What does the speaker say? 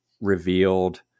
revealed